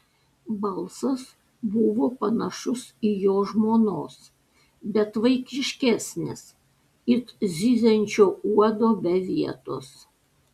balsas buvo panašus į jo žmonos bet vaikiškesnis it zyziančio uodo be vietos